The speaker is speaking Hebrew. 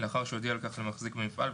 לאחר שהודיע על כך למחזיק במפעל,